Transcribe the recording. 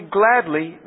gladly